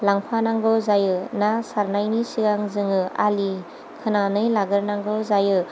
लांफानांगौ जायो ना सारनायनि सिगां जोङो आलि खोनानै लाग्रोनांगौ जायो